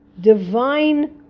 divine